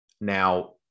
now